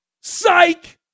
psych